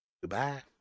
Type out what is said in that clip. Goodbye